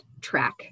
track